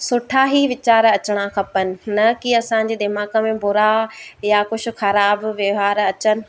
सुठा ई विचार अचणु खपनि न कि असांजे दिमाग़ में बुरा या कुझु ख़राबु वहिवार अचनि